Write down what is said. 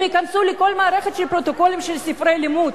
הם ייכנסו לכל מערכת הפרוטוקולים של ספרי הלימוד,